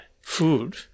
food